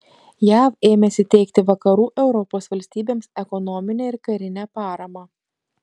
jav ėmėsi teikti vakarų europos valstybėms ekonominę ir karinę paramą